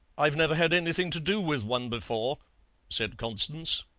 i've never had anything to do with one before said constance.